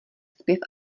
zpěv